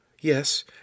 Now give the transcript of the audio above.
Yes